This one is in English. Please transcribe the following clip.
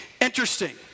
Interesting